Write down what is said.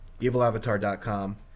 evilavatar.com